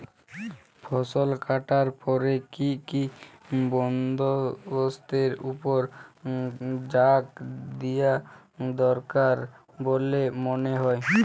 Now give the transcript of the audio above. ফসলকাটার পরে কি কি বন্দবস্তের উপর জাঁক দিয়া দরকার বল্যে মনে হয়?